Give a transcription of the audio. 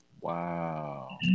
Wow